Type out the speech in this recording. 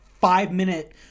five-minute